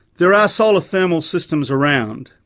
there are solar thermal systems around.